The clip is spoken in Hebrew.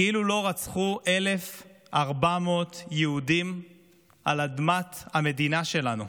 כאילו לא רצחו 1,400 יהודים על אדמת המדינה שלנו?